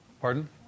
Pardon